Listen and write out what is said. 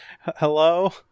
Hello